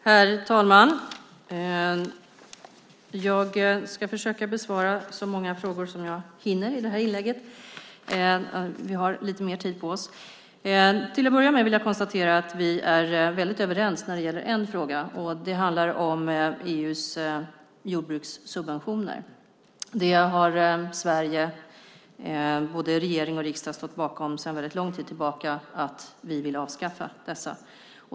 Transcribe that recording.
Herr talman! Jag ska besvara så många frågor jag hinner i det här inlägget. Till att börja med vill jag konstatera att vi är överens i en fråga. Det handlar om EU:s jordbrukssubventioner. Sveriges regering och riksdag har länge stått bakom att vi vill avskaffa dem.